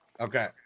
Okay